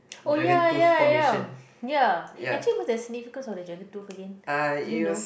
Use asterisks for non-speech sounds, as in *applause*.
oh ya ya ya *breath* ya actually what's the significance of the dragon tooth again do you know